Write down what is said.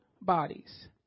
bodies